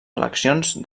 eleccions